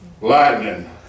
Lightning